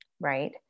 right